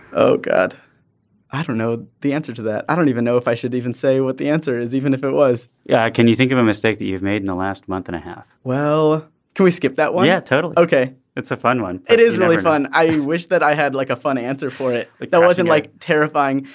oh god i don't know the answer to that. i don't even know if i should even say what the answer is even if it was yeah. can you think of a mistake that you've made in the last month and a half well can we skip that one yet. yeah total. ok. it's a fun one. it is really fun. i wish that i had like a fun answer for it like that wasn't like terrifying.